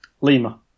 Lima